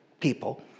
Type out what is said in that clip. people